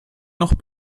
noch